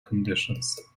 conditions